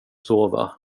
sova